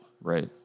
Right